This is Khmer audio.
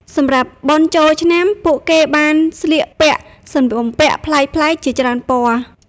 សម្រាប់បុណ្យចូលឆ្នាំ ពួកគេបានស្លៀកពាក់សម្លៀកបំពាក់ប្លែកៗជាច្រើនពណ៌។